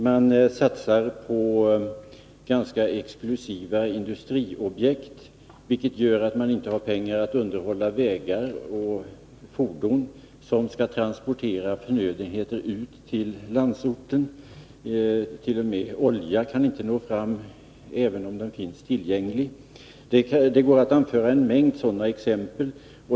Man satsar på ganska exklusiva industriobjekt, vilket gör att man inte har pengar för att underhålla vägar och fordon som skall transportera förnödenheter ut till landsorten. Inte ens olja kan nå fram, även om den finns tillgänglig. Det går att anföra en mängd sådana exempel.